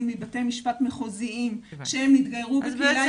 בבתי משפט מחוזיים שהם התגיירו בקהילה יהודית.